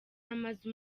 amaze